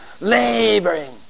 laboring